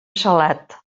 salat